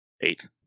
eight